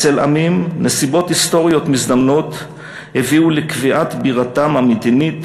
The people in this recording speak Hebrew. אצל עמים נסיבות היסטוריות מזדמנות הביאו לקביעת בירתם המדינית.